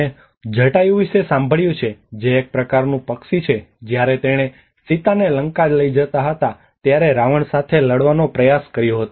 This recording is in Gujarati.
તમે જટાયુ વિશે સાંભળ્યું છે જે એક પ્રકારનું પક્ષી છે જ્યારે તેણે સીતાને લંકા લઈ જતા હતા ત્યારે રાવણ સાથે લડવાનો પ્રયાસ કર્યો હતો